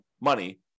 money